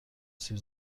سیب